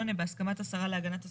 בהסכמת השרה להגנת הסביבה,